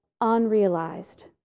unrealized